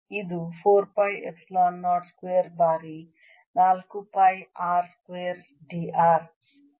ಇದು 4 pi epsilon 0 square ಬಾರಿ 4 pi r square dr